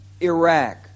Iraq